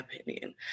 opinion